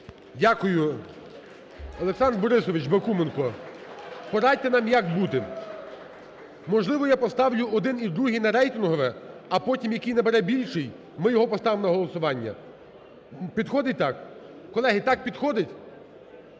Дякую. Олександр Борисович Бакуменко, порадьте нам, як бути? Можливо, я поставлю один і другий на рейтингове? А потім, який набере більше, ми його поставимо на голосування? Підходить так? Колеги, так підходить?